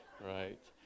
right